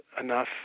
enough